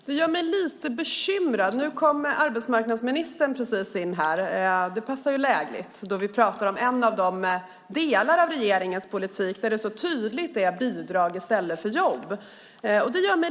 Herr talman! Nu kommer arbetsmarknadsministern precis in här i kammaren. Det är ju lägligt då vi pratar om en av de delar av regeringens politik där det så tydligt handlar om bidrag i stället för jobb.